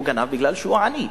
הוא גנב בגלל שהוא עני.